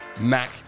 Mac